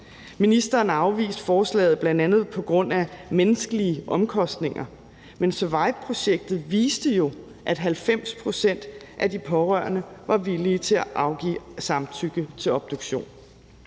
Ministeren har afvist forslaget, bl.a. på grund af menneskelige omkostninger. Men SURVIVE-projektet viste jo, at 90 pct. af de pårørende var villige til at afgive samtykke til obduktion.